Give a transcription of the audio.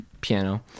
piano